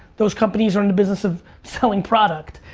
those companies are in the business of selling product.